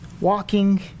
walking